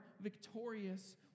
victorious